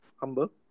Humble